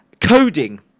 Coding